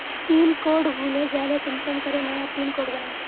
Pin code भूले जाले कुंसम करे नया पिन कोड बनाम?